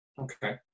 Okay